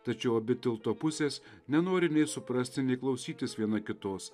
tačiau abi tilto pusės nenori nei suprasti nei klausytis viena kitos